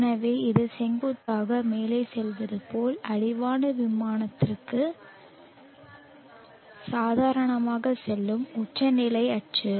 எனவே இது செங்குத்தாக மேலே செல்வது போல் அடிவான விமானத்திற்கு சாதாரணமாக செல்லும் உச்சநிலை அச்சு